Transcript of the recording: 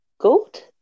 goat